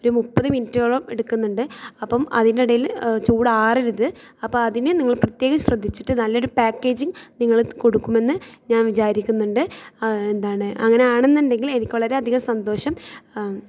ഒര് മുപ്പത് മിൻറ്റോളം എടുക്കുന്നുണ്ട് അപ്പം അതിനിടയിൽ ചൂടാറരുത് അപ്പം അതിന് നിങ്ങൾ പ്രത്യേകം ശ്രദ്ധിച്ചിട്ട് നല്ലൊരു പാക്കേജിങ് നിങ്ങൾ കൊടുക്കുമെന്ന് ഞാൻ വിചാരിക്കുന്നുണ്ട് എന്താണ് അങ്ങനാണെന്നുണ്ടെങ്കിൽ എനിക്ക് വളരെ അധികം സന്തോഷം